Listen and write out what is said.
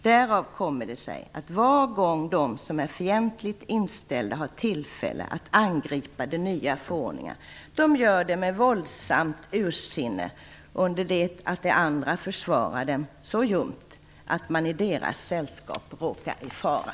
Därav kommer det sig att var gång de som är fientligt inställda har tillfälle att angripa de nya förordningarna, de gör det med våldsamt ursinne under det att de andra försvarar dem så ljumt, att man i deras sällskap råkar i fara."